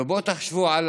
בואו תחשבו על